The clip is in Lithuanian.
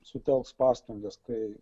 sutelks pastangas tai